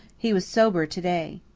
he was sober to-day.